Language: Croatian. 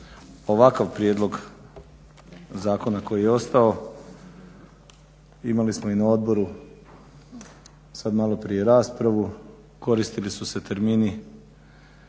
ovakav prijedlog zakona koji je ostao imali smo i na odboru sada malo prije raspravu koristili su se termini